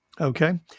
Okay